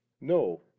No